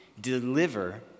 deliver